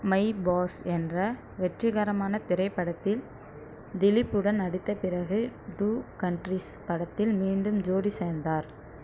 my boss என்ற வெற்றிகரமான திரைப்படத்தில் திலீப்புடன் நடித்த பிறகு டூ கண்ட்ரீஸ் படத்தில் மீண்டும் ஜோடி சேர்ந்தார்